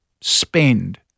spend